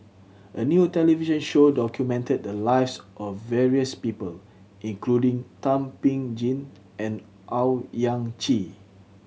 a new television show documented the lives of various people including Thum Ping Tjin and Owyang Chi